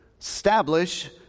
Establish